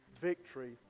victory